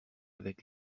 avec